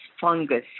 fungus